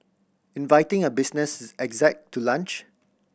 inviting a business exec to lunch